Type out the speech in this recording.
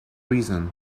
reasons